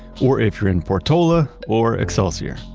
or if you're in portola or excelsior,